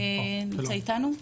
אתה נמצא איתנו?